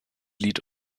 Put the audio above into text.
lied